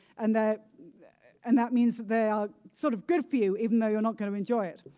and that and that means they are sort of good for you, even though you're not going to enjoy it.